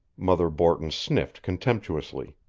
mother borton sniffed contemptuously.